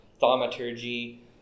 thaumaturgy